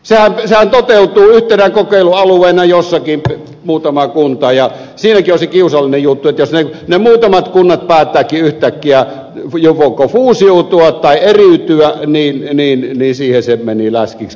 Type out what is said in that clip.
sehän toteutuu yhtenä kokeilualueena jossakin muutama kunta ja siinäkin on se kiusallinen juttu että jos ne muutamat kunnat päättävätkin yhtäkkiä joko fuusioitua tai eriytyä niin siihen se meni läskiksi koko hyvä homma